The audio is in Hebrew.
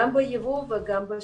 גם בייבוא וגם בשווקים.